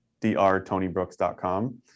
drtonybrooks.com